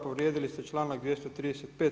Povrijedili ste članak 235.